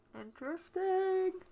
interesting